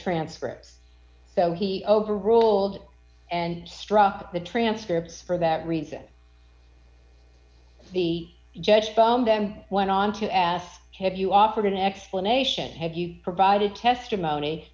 transcript that he overruled and struck the transcripts for that reason the judge from them went on to ask have you offered an explanation have you provided testimony